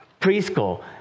preschool